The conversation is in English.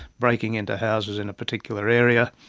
breaking into houses in a particular area,